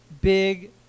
big